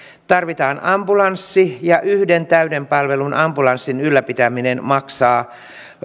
tarvitaan ambulanssi ja yhden täyden palvelun ambulanssin ylläpitäminen maksaa